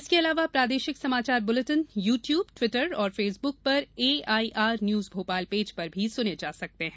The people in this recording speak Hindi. इसके अलावा प्रादेशिक समाचार बुलेटिन यू ट्यूब ट्विटर और फेसबुक पर एआईआर न्यूज भोपाल पेज पर सुने जा सकते हैं